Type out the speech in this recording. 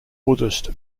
buddhist